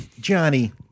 Johnny